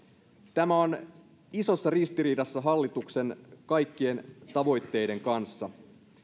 tämä on isossa ristiriidassa hallituksen kaikkien tavoitteiden kanssa